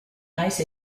nice